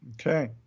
Okay